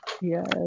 Yes